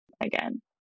again